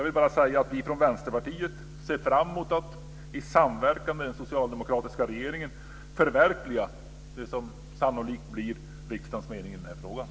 Vi i Vänsterpartiet ser fram emot att i samverkan med den socialdemokratiska regeringen förverkliga det som sannolikt blir riksdagens mening i frågan.